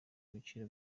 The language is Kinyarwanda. ibiciro